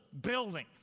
building